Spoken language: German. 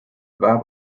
war